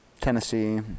tennessee